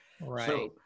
right